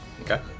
Okay